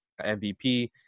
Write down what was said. MVP